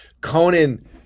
Conan